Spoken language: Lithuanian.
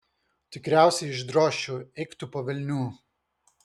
tikriausiai išdrožčiau eik tu po velnių